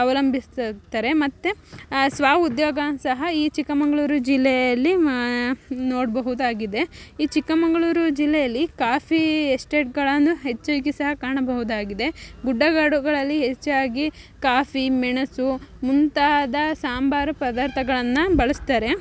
ಅವಲಂಬಿಸಿರ್ತಾರೆ ಮತ್ತು ಸ್ವಉದ್ಯೋಗ ಸಹ ಈ ಚಿಕ್ಕಮಗ್ಳೂರು ಜಿಲ್ಲೆಯಲ್ಲಿ ಮ ನೋಡಬಹುದಾಗಿದೆ ಈ ಚಿಕ್ಕಮಗ್ಳೂರು ಜಿಲ್ಲೆಯಲ್ಲಿ ಕಾಫೀ ಎಸ್ಟೇಟ್ಗಳನ್ನು ಹೆಚ್ಚಾಗಿ ಸಹ ಕಾಣಬಹುದಾಗಿದೆ ಗುಡ್ಡಗಾಡುಗಳಲ್ಲಿ ಹೆಚ್ಚಾಗಿ ಕಾಫಿ ಮೆಣಸು ಮುಂತಾದ ಸಾಂಬಾರು ಪದಾರ್ಥಗಳನ್ನು ಬಳಸ್ತಾರೆ